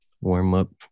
warm-up